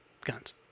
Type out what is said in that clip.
guns